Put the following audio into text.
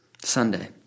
Sunday